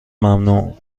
ممنوع